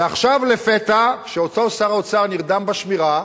ועכשיו לפתע, כשאותו שר אוצר נרדם בשמירה,